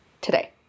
today